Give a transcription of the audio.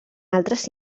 altres